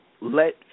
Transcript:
let